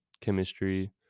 chemistry